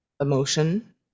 emotion